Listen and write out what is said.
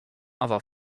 other